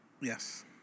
Yes